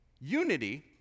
Unity